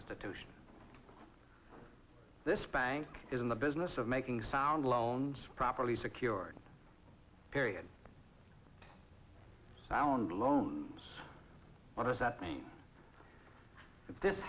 institution this bank is in the business of making sound loans properly secured period sound loans what does that mean if this